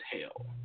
hell